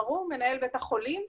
ברהום, מנהל בית החולים,